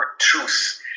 truth